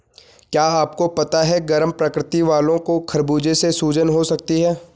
क्या आपको पता है गर्म प्रकृति वालो को खरबूजे से सूजन हो सकती है?